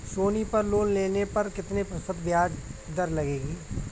सोनी पर लोन लेने पर कितने प्रतिशत ब्याज दर लगेगी?